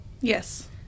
Yes